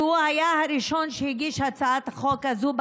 שהיה הראשון שהגיש את הצעת החוק הזו,